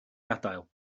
gadael